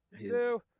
Two